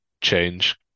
change